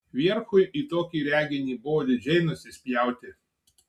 vierchui į tokį reginį buvo didžiai nusispjauti